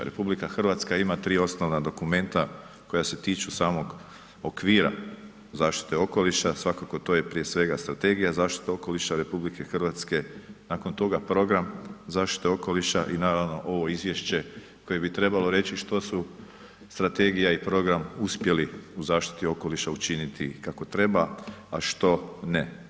RH ima 3 osnovna dokumenta koja se tiču samog okvira zaštite okoliša, svakako, to je prije svega Strategija zaštite okoliša RH, nakon toga Program zaštite okoliša i naravno, ovo izvješće koje bi trebalo reći što su strategija i program uspjeli u zaštititi okoliša učiniti kako treba, a što ne.